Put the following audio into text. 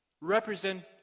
represent